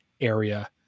area